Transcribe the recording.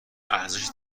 ارزش